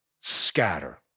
scatter